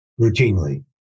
routinely